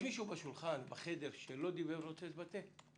יש מישהו בחדר שלא התבטא ורוצה לדבר?